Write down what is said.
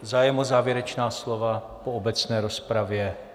Zájem o závěrečná slova po obecné rozpravě?